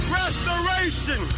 restoration